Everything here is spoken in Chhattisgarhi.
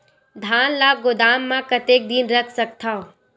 धान ल गोदाम म कतेक दिन रख सकथव?